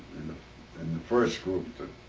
in the first group that